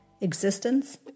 Existence